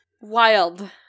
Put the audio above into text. Wild